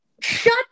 Shut